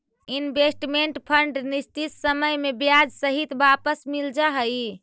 investment fund निश्चित समय में ब्याज सहित वापस मिल जा हई